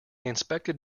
inspected